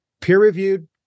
peer-reviewed